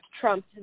Trump